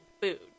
food